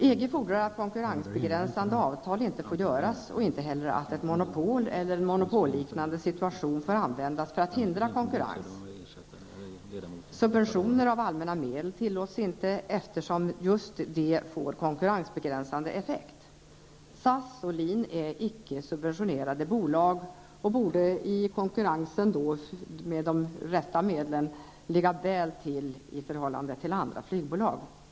EG fordrar att konkurrensbegränsande avtal inte får träffas och att monopol eller monopolliknande situationer inte får användas för att hindra konkurrens. Subventioner med allmänna medel tillåts inte eftersom de får konkurrensbegränsande effekt. SAS och LIN är icke subventionerade bolag och borde i konkurrensen med de rätta medlen ligga väl till i förhållande till andra flygbolag.